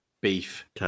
beef